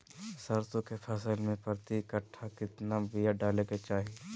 सरसों के फसल में प्रति कट्ठा कितना बिया डाले के चाही?